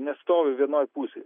nestovi vienoj pusėj